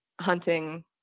hunting